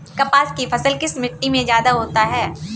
कपास की फसल किस मिट्टी में ज्यादा होता है?